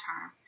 term